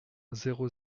zéro